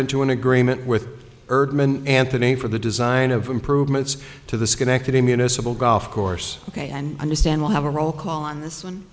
into an agreement with erdman anthony for the design of improvements to the schenectady municipal golf course ok and understand we'll have a roll call on this one